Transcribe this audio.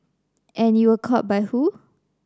and you were caught by who